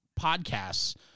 podcasts